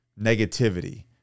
negativity